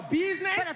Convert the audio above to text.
business